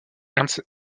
ernst